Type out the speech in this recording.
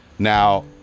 Now